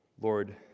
Lord